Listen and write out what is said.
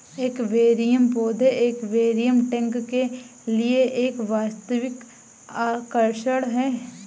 aquarium पौधे aquarium tank के लिए एक वास्तविक आकर्षण है